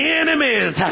enemies